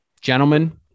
Gentlemen